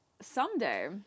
Someday